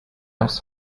else